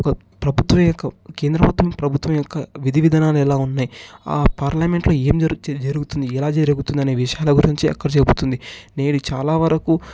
ఒక ప్రభుత్వం యొక్క కేంద్రం ప్రభుత్వం యొక్క విధి విధానాలు ఎలా ఉన్నాయి ఆ పార్లమెంట్లో ఏం జరుగు ఏం జరుతుంది ఎలా జరుగుతుంది అని విషయాల గురించి అక్కడ చెపుతుంది నేను చాలావరకు